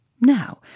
Now